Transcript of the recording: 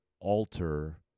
Alter